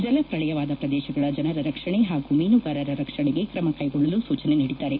ಜಲಪ್ರಳಯವಾದ ಪ್ರದೇಶಗಳ ಜನರ ರಕ್ಷಣೆ ಹಾಗೂ ಮೀನುಗಾರರ ರಕ್ಷಣೆಗೆ ಕ್ರಮ ಕ್ಷೆಗೊಳ್ಳಲು ಸೂಜನೆ ನೀಡಿದ್ದಾರೆ